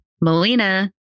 Melina